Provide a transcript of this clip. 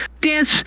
dance